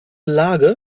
lage